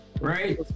right